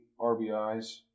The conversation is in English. RBIs